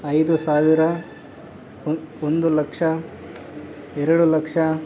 ಐದು ಸಾವಿರ ಒಂದ್ ಒಂದು ಲಕ್ಷ ಎರಡು ಲಕ್ಷ